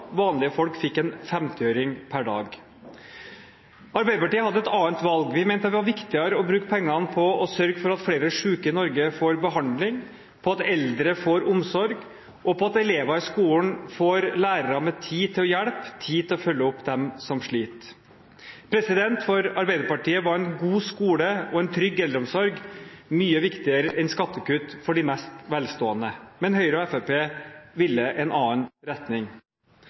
vanlige folk fikk en 50-øring per dag. Arbeiderpartiet hadde et annet valg. Vi mente det var viktigere å bruke pengene på å sørge for at flere syke i Norge får behandling, på at eldre får omsorg, og på at elever i skolen får lærere med tid til å hjelpe og tid til å følge opp dem som sliter. For Arbeiderpartiet var en god skole og en trygg eldreomsorg mye viktigere enn skattekutt for de mest velstående. Men Høyre og Fremskrittspartiet ville en annen retning.